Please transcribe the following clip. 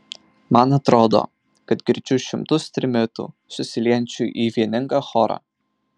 man atrodo kad girdžiu šimtus trimitų susiliejančių į vieningą chorą